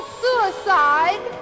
suicide